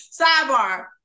Sidebar